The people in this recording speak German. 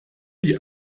die